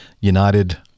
United